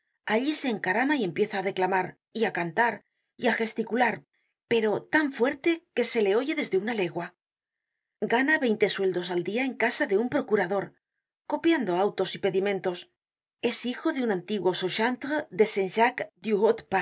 allí se encarama y empieza á declamar y á cantar y á gesticular pero tan fuerte que se le oye desde una legua gana veinte sueldos al dia encasa de un procurador copiando autos y pedimentos es hijo de un antiguo